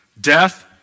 Death